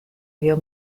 vio